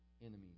enemies